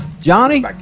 Johnny